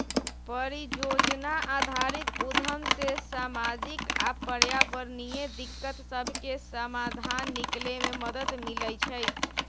परिजोजना आधारित उद्यम से सामाजिक आऽ पर्यावरणीय दिक्कत सभके समाधान निकले में मदद मिलइ छइ